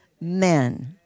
men